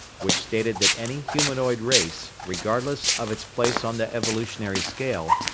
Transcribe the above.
which stated that any humanoid race, regardless of its place on the evolutionary scale,